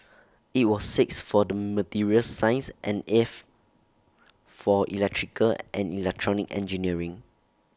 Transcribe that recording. IT was sixth for the materials science and eighth for electrical and electronic engineering